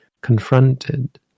confronted